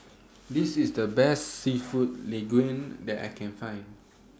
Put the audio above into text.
This IS The Best Seafood Linguine that I Can Find